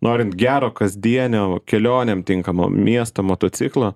norint gero kasdienio kelionėm tinkamo miesto motociklo